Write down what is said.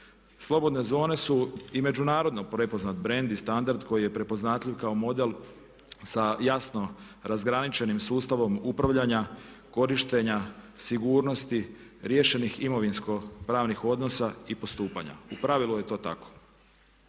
Slobodne zone su i međunarodno prepoznat brend i standard koji je prepoznatljiv kao model sa jasno razgraničenim sustavom upravljanja, korištenja, sigurnosti, riješenih imovinsko pravnih odnosa i postupanja, u pravilu je to tako.